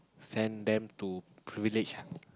send them to privileged